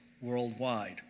worldwide